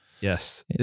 Yes